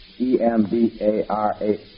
E-M-B-A-R-A